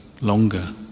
longer